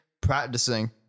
practicing